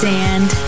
Sand